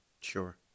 Sure